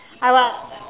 I will